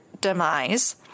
demise